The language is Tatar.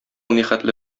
нихәтле